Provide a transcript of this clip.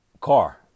car